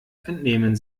entnehmen